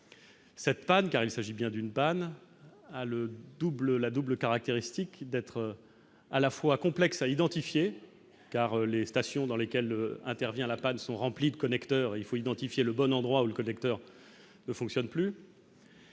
cette panne car il s'agit bien d'une panne a le double la double caractéristique d'être à la fois complexe à identifier car les stations dans lesquelles intervient la panne sont remplis de connecteurs il faut identifier le bon endroit où le collecteur ne fonctionne plus